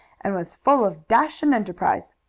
and was full of dash and enterprise.